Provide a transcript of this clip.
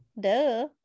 duh